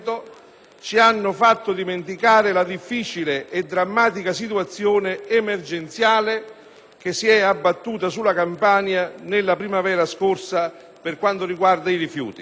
ci hanno fatto dimenticare la difficile e drammatica situazione emergenziale che si è abbattuta sulla Campania nella primavera scorsa per quanto riguarda i rifiuti: